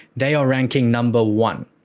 they are ranking number one.